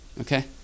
Okay